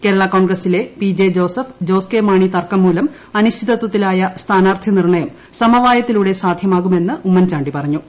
കേരളാ കോൺഗ്രസിലെ P J Joseph Jose K Mani തർക്കം മൂലം ് അനിശ്ചിതത്വത്തിലായ സ്ഥാനാർത്ഥി നിർണയം സമവായത്തിലൂടെ സാധ്യമാകുമെന്ന് ഉമ്മൻ ചാണ്ടി പറഞ്ഞു